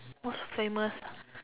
most famous